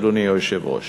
אדוני היושב-ראש.